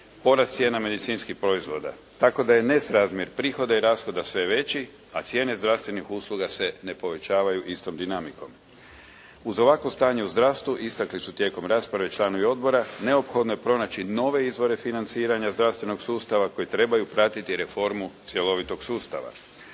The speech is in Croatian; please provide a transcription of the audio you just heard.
porast cijena medicinskih proizvoda tako da je nesrazmjer prihoda i rashoda sve veći, a cijene zdravstvenih usluga se ne povećavaju istom dinamikom. Uz ovakvo stanje u zdravstvu istakli su tijekom rasprave članovi odbora, neophodno je pronaći nove izvore financiranja zdravstvenog sustava koje trebaju pratiti reformu cjelovitog sustava.